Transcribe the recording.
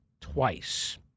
twice